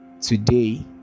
today